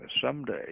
someday